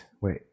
wait